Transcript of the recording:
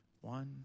One